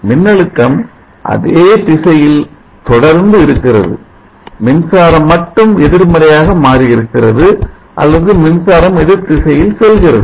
மின்னழுத்தம் அதே திசையில் தொடர்ந்து இருக்கிறது மின்சாரம் மட்டும் எதிர்மறையாக மாறி இருக்கிறது அல்லது மின்சாரம் எதிர்த் திசையில் செல்கிறது